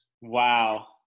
Wow